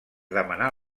demanar